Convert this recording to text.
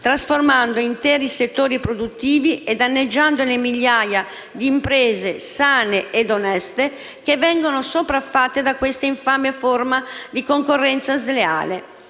trasformando interi settori produttivi e danneggiando le migliaia di imprese sane e oneste che vengono sopraffatte da questa infame forma di concorrenza sleale.